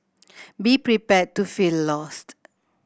be prepared to feel lost